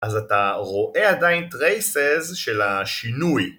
אז אתה רואה עדיין טרייסז של השינוי